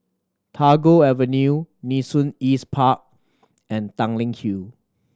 Tagore Avenue Nee Soon East Park and Tanglin Hill